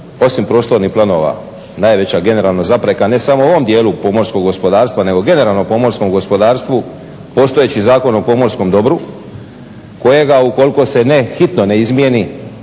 osim prostornih planova, najveća generalna zapreka ne samo u ovom dijelu pomorskog gospodarstva nego generalno pomorskom gospodarstvu postojeći Zakon o pomorskom dobru kojega ukoliko se hitno ne izmijeni